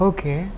Okay